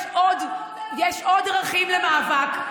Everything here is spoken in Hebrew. יש עוד דרכים למאבק,